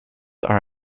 are